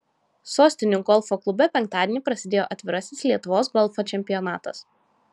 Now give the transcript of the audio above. sostinių golfo klube penktadienį prasidėjo atvirasis lietuvos golfo čempionatas